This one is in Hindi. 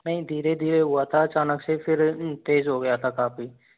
नहीं धीरे धीरे ही हुआ था अचानक से फिर तेज हो गया था काफ़ी